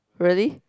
really